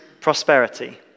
prosperity